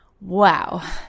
wow